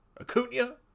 Acuna